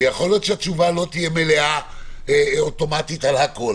ויכול להיות שהתשובה לא תהיה מלאה אוטומטית על הכול,